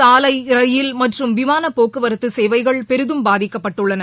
சாலை ரயில் மற்றும் விமான போக்குவரத்து சேவைகள் பெரிதும் பாதிக்கப்பட்டுள்ளன